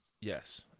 Yes